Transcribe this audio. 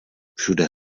všude